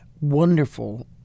wonderful